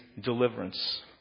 deliverance